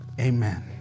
amen